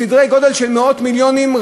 בסדרי גודל של מאות מיליונים,